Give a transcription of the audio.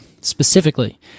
specifically